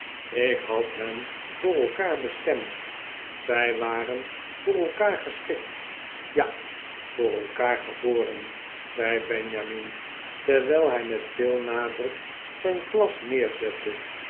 ik had hen voor elkaar bestemdj zij waren voor elkaar geschikt ja voor elkaar geboren zei benjamin terwijl hij met veel nadruk zijn glas neerzette